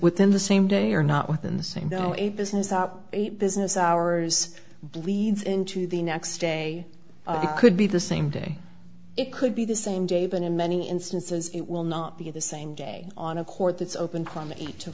within the same day or not within the same though a business out of business hours bleeds into the next day it could be the same day it could be the same day but in many instances it will not be the same day on a court that's open